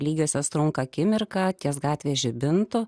lygiosios trunka akimirką ties gatvės žibintu